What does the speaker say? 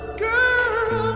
girl